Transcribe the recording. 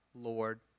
Lord